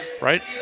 Right